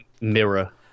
Mirror